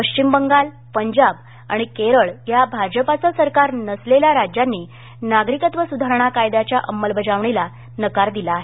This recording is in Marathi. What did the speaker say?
पश्विम बंगाल पंजाब आणि केरळ या भजापाचं सरकार नसलेल्या राज्यांनी नागरिकत्व सुधारणा कायद्याच्या अंमलबजावणीला नकार दिला आहे